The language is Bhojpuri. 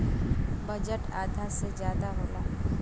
बजट आधा से जादा होला